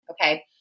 Okay